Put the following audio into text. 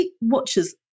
Watchers